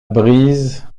brise